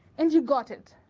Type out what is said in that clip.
and you got it.